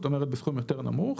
זאת אומרת בסכום יותר נמוך.